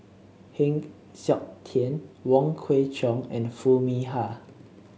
Heng Siok Tian Wong Kwei Cheong and Foo Mee Har